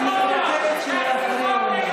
אני מבקשת שלא יפריעו לי.